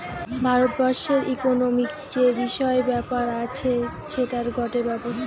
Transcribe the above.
ভারত বর্ষের ইকোনোমিক্ যে বিষয় ব্যাপার আছে সেটার গটে ব্যবস্থা